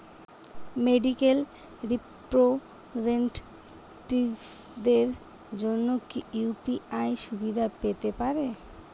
Medical রিপ্রেজন্টেটিভদের জন্য কি ইউ.পি.আই সুবিধা পেতে পারে?